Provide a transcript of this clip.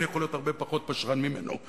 אני יכול להיות הרבה פחות פשרן ממנו,